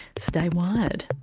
stay wired